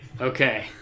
Okay